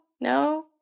no